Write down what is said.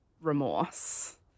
remorse